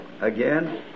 again